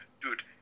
dude